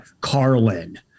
Carlin